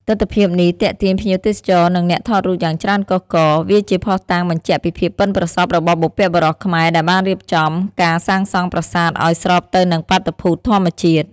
ទិដ្ឋភាពនេះទាក់ទាញភ្ញៀវទេសចរ និងអ្នកថតរូបយ៉ាងច្រើនកុះករ។ វាជាភស្តុតាងបញ្ជាក់ពីភាពប៉ិនប្រសប់របស់បុព្វបុរសខ្មែរដែលបានរៀបចំការសាងសង់ប្រាសាទឲ្យស្របទៅនឹងបាតុភូតធម្មជាតិ។